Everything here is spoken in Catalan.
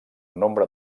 nombre